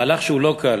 מהלך שהוא לא קל,